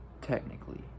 Technically